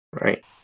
right